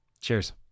Cheers